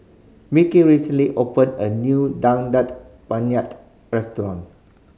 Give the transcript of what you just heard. Mickie recently opened a new Daging Penyet restaurant